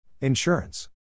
Insurance